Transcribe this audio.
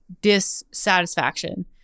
dissatisfaction